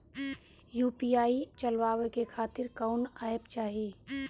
UPI चलवाए के खातिर कौन एप चाहीं?